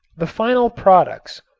the final products,